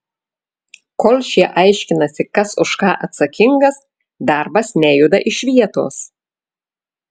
kol šie aiškinasi kas už ką atsakingas darbas nejuda iš vietos